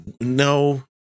no